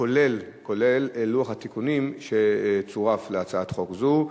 כולל לוח התיקונים שצורף להצעת חוק זו.